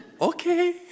Okay